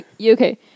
okay